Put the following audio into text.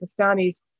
Pakistanis